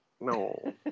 no